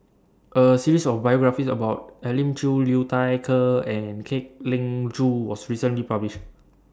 A series of biographies about Elim Chew Liu Thai Ker and Kwek Leng Joo was recently published